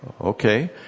okay